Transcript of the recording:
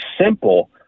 simple